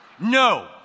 no